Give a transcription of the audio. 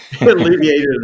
Alleviated